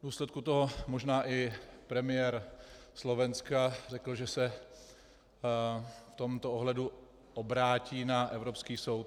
V důsledku toho možná i premiér Slovenska řekl, že se v tomto ohledu obrátí na Evropský soud.